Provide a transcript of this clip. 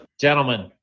Gentlemen